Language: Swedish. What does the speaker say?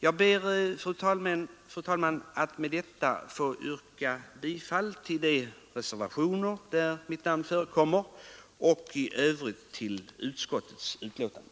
Jag ber, fru talman, att med detta få yrka bifall till de reservationer där mitt namn förekommer och i övrigt till vad utskottet hemställt.